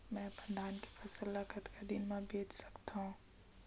मैं अपन धान के फसल ल कतका दिन म बेच सकथो?